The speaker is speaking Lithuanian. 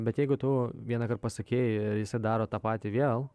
bet jeigu tu vienąkart pasakei jisai daro tą patį vėl